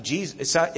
Jesus